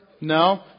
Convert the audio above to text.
No